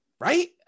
right